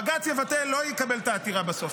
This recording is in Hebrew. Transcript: בג"ץ לא יקבל את העתירה בסוף,